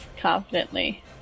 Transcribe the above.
confidently